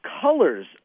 colors